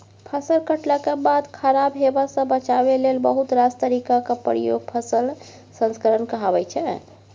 फसल कटलाक बाद खराब हेबासँ बचाबै लेल बहुत रास तरीकाक प्रयोग फसल संस्करण कहाबै छै